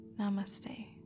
namaste